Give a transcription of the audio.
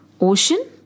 ocean